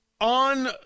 on